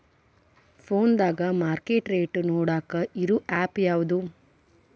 ಫೋನದಾಗ market rate ನೋಡಾಕ್ ಇರು ಆ್ಯಪ್ ಯಾವದು?